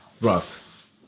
rough